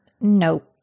nope